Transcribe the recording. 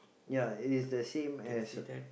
ya it is the same as